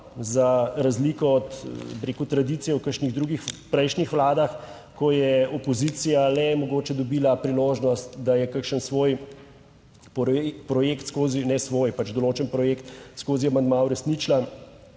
za razliko od, bi rekel, tradicije v kakšnih drugih prejšnjih vladah, ko je opozicija le mogoče dobila priložnost, da je kakšen svoj projekt skozi ne svoj pač določen projekt skozi amandma uresničila,